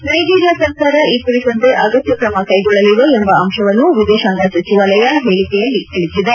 Nigeria ಸರ್ಕಾರ ಈ ಕುರಿತಂತೆ ಅಗತ್ಯ ಕ್ರಮ ಕೈಗೊಳ್ಳಲಿದೆ ಎಂಬ ಅಂಶವನ್ನು ವಿದೇಶಾಂಗ ಸಚಿವಾಲಯದ ಹೇಳಿಕೆಯಲ್ಲಿ ತಿಳಿಸಿದೆ